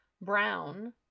brown